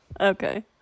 Okay